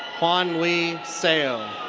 hwanhui seo.